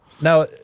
now